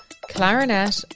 clarinet